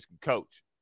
coach